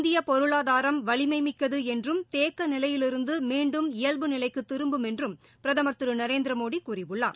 இந்திய பொருளாதாரம் வலிமைமிக்கது என்றும் தேக்க நிலையிலிருந்து மீண்டும் இயல்பு நிலைக்கு திரும்பும் என்றும் பிரதமர் திரு நரேந்திரமோடி கூறியுள்ளார்